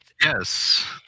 yes